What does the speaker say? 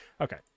Okay